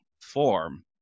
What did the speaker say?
form